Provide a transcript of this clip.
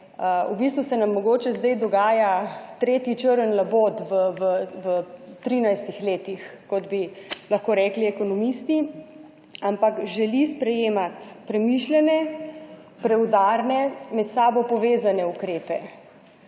v bistvu se nam mogoče zdaj dogaja tretji črni labod v 13 letih, kot bi lahko rekli ekonomisti, ampak želi sprejemati premišljene, preudarne, med sabo povezane ukrepe.